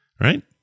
right